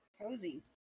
Cozy